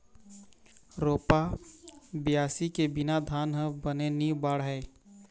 रोपा, बियासी के बिना धान ह बने नी बाढ़य